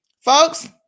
Folks